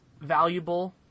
valuable –